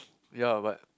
ya but